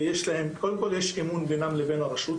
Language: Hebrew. קודם כל יש אמון בינם לבין הרשות,